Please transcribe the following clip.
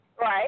Right